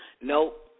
Nope